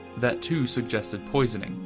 that too suggested poisoning,